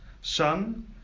sun